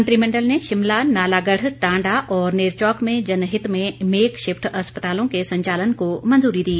मंत्रिमंडल ने शिमला नालागढ़ टांडा और नेरचौक में जनहित में मेक शिफ्ट अस्पतालों के संचालन को मंजूरी दी